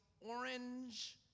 orange